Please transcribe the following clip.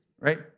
right